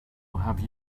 have